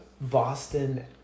Boston